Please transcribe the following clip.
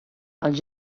als